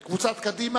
אמרתי: קבוצת קדימה,